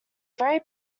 very